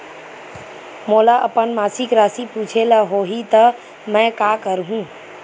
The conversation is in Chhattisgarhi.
मोला अपन मासिक राशि पूछे ल होही त मैं का करहु?